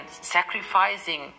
sacrificing